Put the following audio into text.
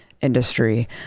industry